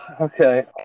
Okay